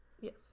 Yes